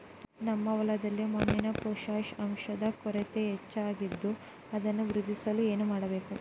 ನಮ್ಮ ಹೊಲದ ಮಣ್ಣಿನಲ್ಲಿ ಪೊಟ್ಯಾಷ್ ಅಂಶದ ಕೊರತೆ ಹೆಚ್ಚಾಗಿದ್ದು ಅದನ್ನು ವೃದ್ಧಿಸಲು ಏನು ಮಾಡಬೇಕು?